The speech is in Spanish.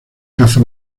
caza